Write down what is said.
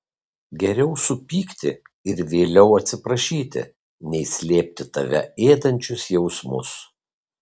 geriau supykti ir vėliau atsiprašyti nei slėpti tave ėdančius jausmus